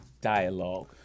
dialogue